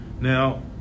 Now